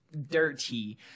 dirty